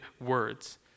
words